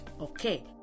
Okay